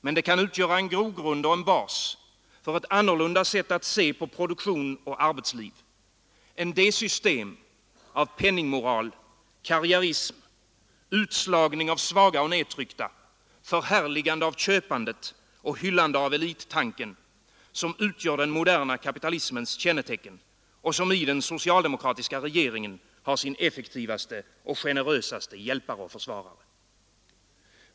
Men det kan utgöra en grogrund och en bas för ett annorlunda sätt att se på produktion och arbetsliv än det system av penningmoral, karriärism, utslagning av svaga och nedtryckta, förhärligande av köpandet och hyllande av elittanken, som utgör den moderna kapitalismens kännetecken och som i den socialdemokratiska regeringen har sin effektivaste och generösaste hjälpare och försvarare.